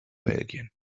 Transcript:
belgien